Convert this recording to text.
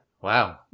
Wow